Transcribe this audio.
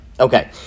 Okay